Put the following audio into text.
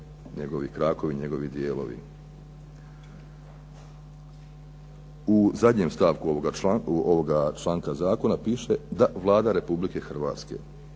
U zadnjem stavku ovoga članka zakona piše da "Vlada RH propisuje